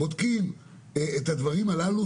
בודקים את הדברים הללו,